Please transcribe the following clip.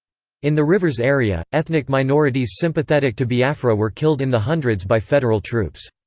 in the rivers area, ethnic minorities sympathetic to biafra were killed in the hundreds by federal troops.